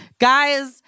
Guys